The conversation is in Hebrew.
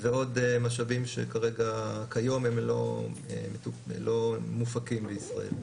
ועוד משאבים שכיום הם לא מופקים בישראל.